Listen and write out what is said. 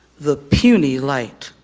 the puny light.